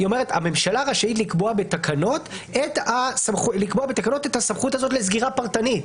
היא אומרת שהממשלה רשאית לקבוע בתקנות את הסמכות הזאת לסגירה פרטנית.